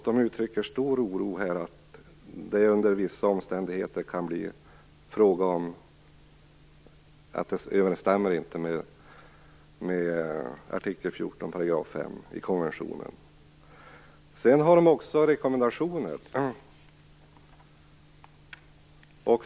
De uttrycker stor oro för att det under vissa omständigheter kan bli fråga om att hanteringen inte överensstämmer med artikel 14 § 5 i konventionen. De lämnar också rekommendationer.